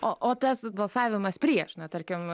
o o tas balsavimas prieš na tarkim